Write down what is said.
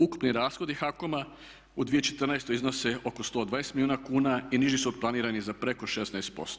Ukupni rashodi HAKOM-a u 2014. iznose oko 120 milijuna kuna i niži su od planiranih za preko 16%